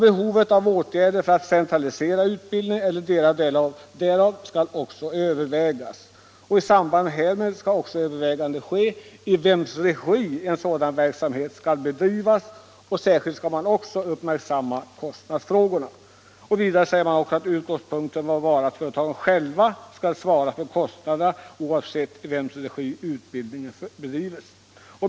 Behovet av åtgärder för att centralisera utbildningen eller delar därav skall övervägas. I samband därmed bör överväganden ske angående i vems regi en sådan verksamhet skall bedrivas; i det allmännas regi eller i andra former. Särskild uppmärksamhet ägnas åt kostnadsfrågorna. Utgångspunkten bör vara att företagen själva skall svara för kostnaderna oavsett i vems regi utbildning bedrivs.